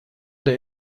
der